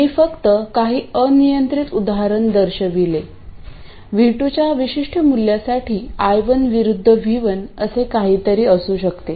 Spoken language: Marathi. मी फक्त काही अनियंत्रित उदाहरण दर्शवेल V2 च्या विशिष्ट मूल्यासाठी I1 विरूद्ध V1 असे काहीतरी असू शकते